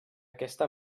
aquesta